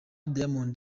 diamond